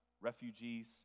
refugees